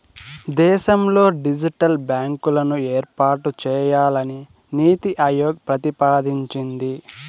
దేశంలో డిజిటల్ బ్యాంకులను ఏర్పాటు చేయాలని నీతి ఆయోగ్ ప్రతిపాదించింది